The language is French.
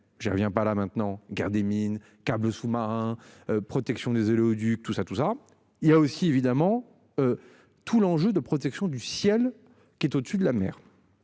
mer j'ai revient pas là maintenant garder. Câble sous-marin protection des oléoducs tout ça tout ça il y a aussi évidemment. Tout l'enjeu de protection du ciel qui est au-dessus de la mer.